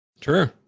True